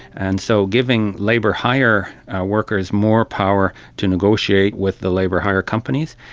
and so giving labour hire workers more power to negotiate with the labour hire companies,